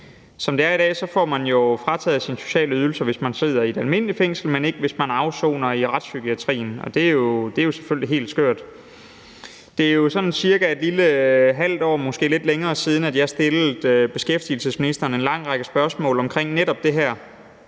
Som det er i dag, får man jo frataget sine sociale ydelser, hvis man sidder i et almindeligt fængsel, men ikke, hvis man afsoner i retsspykiatrien, og det er jo selvfølgelig helt skørt. Det er jo sådan cirka et lille halvt år eller måske lidt længere siden, at jeg stillede beskæftigelsesministeren en lang række spørgsmål om netop det her.